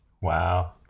Wow